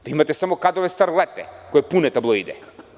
Vi imate samo kadrove starlete, koje pune tabloide.